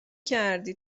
کردی